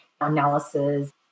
analysis